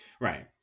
right